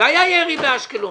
והיה ירי באשקלון.